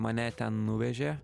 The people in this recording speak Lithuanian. mane ten nuvežė